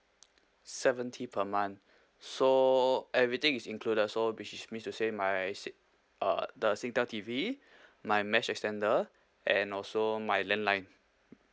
seventy per month so everything is included so which is mean to say my si~ uh the singtel T_V my mesh extender and also my land line